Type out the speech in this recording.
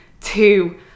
Two